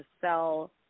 sell